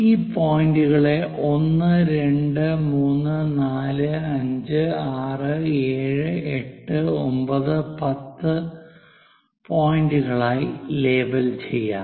ഈ പോയിന്റുകളെ 1 2 3 4 5 6 7 8 9 10 പോയിന്റുകളായി ലേബൽ ചെയ്യാം